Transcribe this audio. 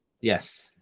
Yes